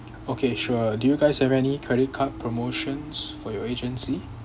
okay sure do you guys have any credit card promotions for your agency